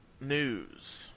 news